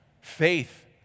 Faith